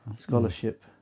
scholarship